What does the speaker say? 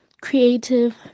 creative